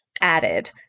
added